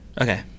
Okay